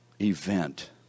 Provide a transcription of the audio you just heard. event